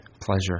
pleasure